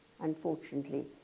unfortunately